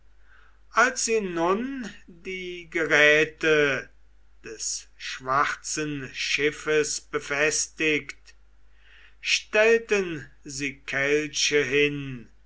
als sie nun die geräte des schwarzen schiffes befestigt stellten sie kelche hin